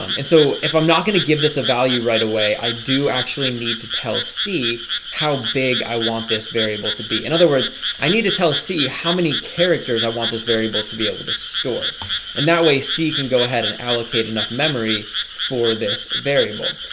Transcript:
um and so if i'm not gonna give this a value, right? i do actually need to tell see how big i want this variable to be in other words i need to tell see how many characters i want this variable to be able to store and that way si can go ahead and allocate enough memory for this variable.